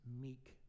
meek